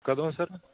ਕਦੋਂ ਸਰ